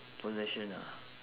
possession ah